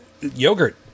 yogurt